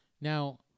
Now